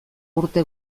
urte